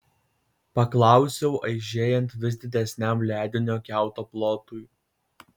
paklausiau aižėjant vis didesniam ledinio kiauto plotui